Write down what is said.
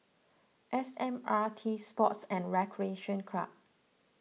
S M R T Sports and Recreation Club